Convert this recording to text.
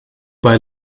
bei